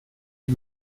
die